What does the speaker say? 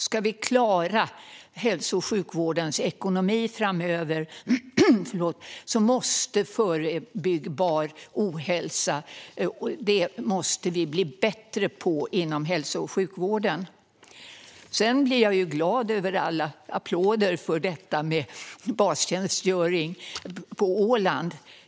Ska vi klara hälso och sjukvårdens ekonomi framöver måste hälso och sjukvården bli bättre på att förebygga ohälsa. Jag blev glad över alla applåder för detta med bastjänstgöring på Åland.